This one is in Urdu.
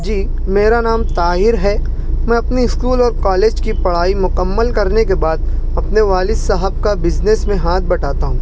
جی میرا نام طاہر ہے میں اپنی اسکول اور کالج کی پڑھائی مکمل کرنے کے بعد اپنے والد صاحب کا بزنس میں ہاتھ بٹاتا ہوں